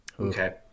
Okay